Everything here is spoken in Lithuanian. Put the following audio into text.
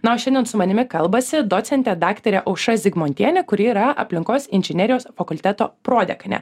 na o šiandien su manimi kalbasi docentė daktarė aušra zigmontienė kuri yra aplinkos inžinerijos fakulteto prodekanė